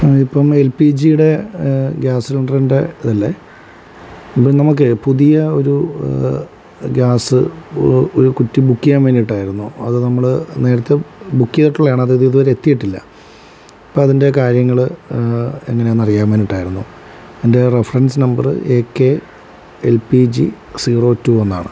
അതിപ്പം L P ജിയുടെ gas സിലിണ്ടറിൻ്റെ ഇതല്ലേ ഇപ്പം നമുക്കേ പുതിയ ഒരു ഗ്യാസ് ഒരു കുറ്റി ബുക്ക് ചെയ്യാൻ വേണ്ടിയിട്ടായിരുന്നു അത് നമ്മൾ നേരത്തെ ബുക്ക് ചെയ്തിട്ടുള്ളതാണ് അത് ഇത് ഇതുവരെ എത്തിയിട്ടില്ല അപ്പം അതിൻ്റെ കാര്യങ്ങൾ എങ്ങനെയാണെന്ന് അറിയാൻ വേണ്ടിയിട്ടായിരുന്നു എൻ്റെ reference number A K L P G zero two എന്നാണ്